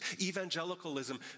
Evangelicalism